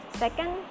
second